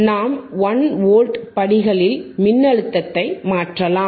நாம் 1 வோல்ட் படிகளில் மின்னழுத்தத்தை மாற்றலாம்